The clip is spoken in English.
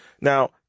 Now